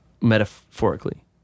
metaphorically